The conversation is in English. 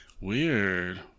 Weird